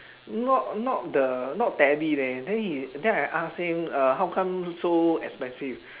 not not the not tally leh then he then I ask him uh how come so expensive